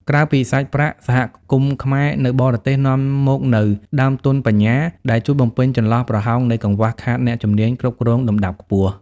ក្រៅពីសាច់ប្រាក់ សហគមន៍ខ្មែរនៅបរទេស នាំមកនូវ "ដើមទុនបញ្ញា" ដែលជួយបំពេញចន្លោះប្រហោងនៃកង្វះខាតអ្នកជំនាញគ្រប់គ្រងលំដាប់ខ្ពស់។